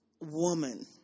woman